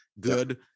good